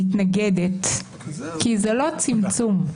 שאני מתנגדת כי זה לא צמצום.